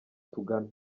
tungana